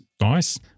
nice